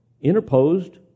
interposed